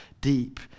deep